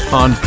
on